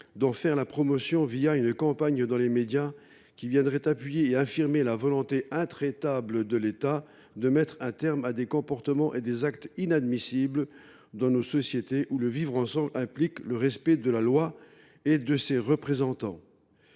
d’en faire la promotion une campagne dans les médias qui viendrait affirmer et appuyer la volonté intraitable de l’État de mettre un terme à des comportements et des actes inadmissibles dans nos sociétés, où le vivre ensemble implique le respect de la loi et de ses représentants.